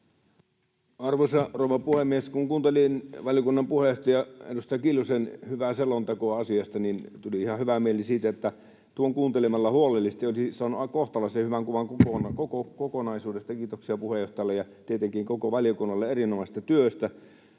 Arvoisa rouva puhemies! Kun kuuntelin valiokunnan puheenjohtaja, edustaja Kiljusen hyvää selontekoa asiasta, niin tuli ihan hyvä mieli siitä, että tuon kuuntelemalla huolellisesti sai aika kohtalaisen hyvän kuvan koko kokonaisuudesta. Kiitoksia puheenjohtajalle ja tietenkin koko valiokunnalle erinomaisesta työstä.